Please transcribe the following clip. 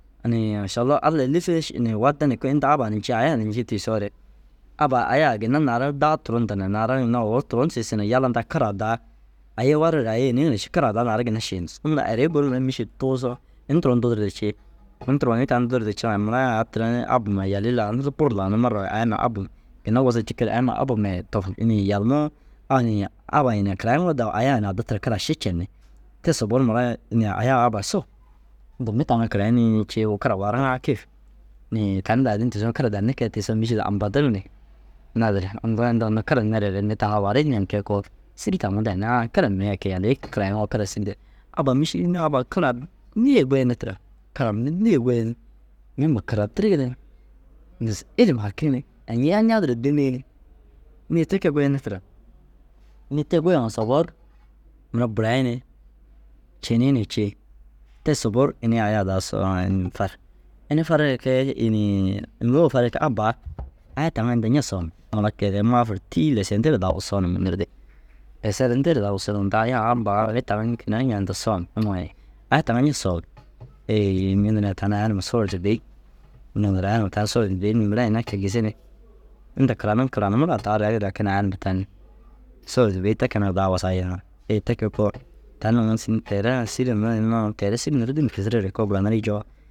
Inii mašallah Allai mûsile ši ini wade inda abbaa ni njii ayaa ni njii tisoore abbaa ayaa ye ginna naara daa turontuna naara ginna owor turon siisi na yala ntaa kiraa daa ayii warigire ayii iniiŋire ši kiraa daa naara ginna šiisundu. Unnu arii guru ginaa mîšil tuusoo ini turon dudurde cii. Ini turonii tani dudurde ciŋa mura au tirai abba huma yalii laanir buru laanir marra wahit aya ma abba ma ginna wosa cikii ru aya ma abba ma ye tofo inii yalimuu ai nii abba i na karayinoo dagu aya- i na addi tira karaa ši cenni. Te sobowu ru mira ini ayaa abba i sowu. Inda mi taŋuu karayinii cii ru kira wariŋaa kêf inii tani baadin tisoo kira danne kee tigisoo mîšil ambadirig ni. Naazire hee uŋgo inda unnu kira nereere mi taŋa warii ñiŋa kee koo sîri taŋu danni. A- a kira mire ai kee yalii kirayiŋoo kara sîrde. Abbaa mîšil înni abbaa kiraa nîye goyine tira karaa mire nîye goyi ni mi ma kira dirigi ni ilim haki ni añii añiya duro dînigi ni nîye te kee goyine tira. Nîye te goyima sobogir mire burayi ni cenii ni cii. Te sobou ru ini aya daa sooŋa înni ru far ini farigire kee inii muu- i farii cii « abba a- a aya taŋa inda ña sooma? » Au ai kee ru maafur tîi leseyindigire daa busoo na munurdi. Leseyindigire daa busuroo na munurdi tani aa abba aa mi taŋa nîkine ru ñendu soom? aya taŋa ña sooma? Hêyi mi niree tani aya numa soorde bêi nuŋore aya numa tani soorde bêi niŋ mire ini ai kee gisi ni inda karaniŋ karanimmi daa rêi aya numa tani soorde bêi te kee num daa wusaa yeniŋ. Hêyi te kee koo tani nuŋu sîgin nu teere na sîri ma mire na ini naana teere sîri nuru dîŋa kirigire koo buranirii joo